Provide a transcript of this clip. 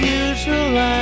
usual